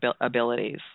abilities